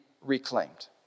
reclaimed